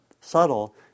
subtle